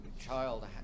child